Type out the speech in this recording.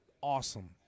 Awesome